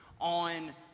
on